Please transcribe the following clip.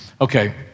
Okay